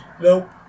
Nope